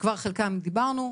עד כאן דבריי.